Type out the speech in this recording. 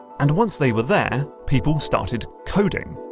and once they were there, people started coding.